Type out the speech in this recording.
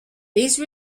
these